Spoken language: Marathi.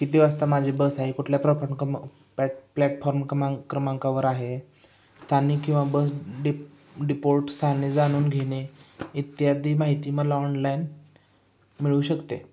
किती वाजता माझी बस आहे कुठल्या प्रफ कम पॅट प्लॅटफॉर्म क्रमा क्रमांकावर आहे स्थानिक किंवा बस डिप डिपोट स्थाने जाणून घेणे इत्यादी माहिती मला ऑनलाईन मिळू शकते